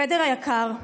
פדר היקר,